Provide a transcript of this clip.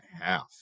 half